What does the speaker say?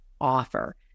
offer